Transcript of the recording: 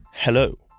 Hello